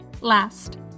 last